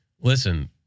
Listen